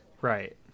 Right